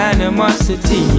Animosity